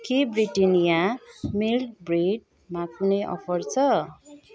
के Britannia milk ब्रिडमा कुनै अफर छ